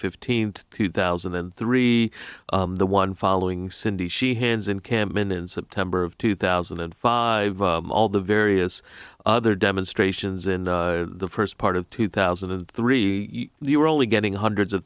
fifteenth two thousand and three the one following cindy sheehan's encampment in september of two thousand and five all the various other demonstrations in the first part of two thousand and three you were only getting hundreds of